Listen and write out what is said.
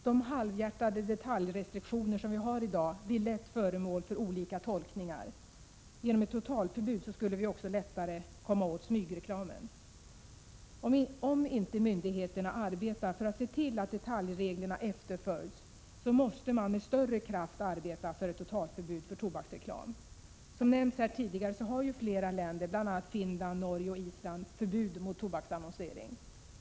De halvhjärtade detaljrestriktioner som finns i dag blir lätt föremål för olika tolkningar. Genom ett totalförbud skulle det också vara lättare att komma åt smygreklamen. Om inte myndigheterna arbetar för att se till att detaljreglerna efterföljs, måste man med större kraft arbeta för ett totalförbud mot tobaksreklam. Som nämndes här tidigare, har flera länder, bl.a. Finland, Norge och Island, förbud mot tobaksannonsering.